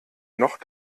noch